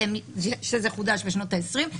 שזה חודש בשנות העשרים.